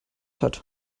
hat